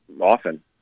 often